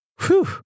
Whew